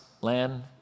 land